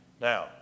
Now